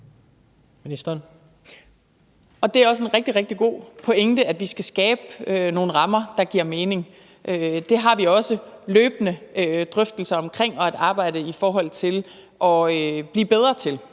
Det er også en rigtig, rigtig god pointe, nemlig at vi skal skabe nogle rammer, der giver mening. Vi har også løbende drøftelser af arbejdet med det og af at blive bedre til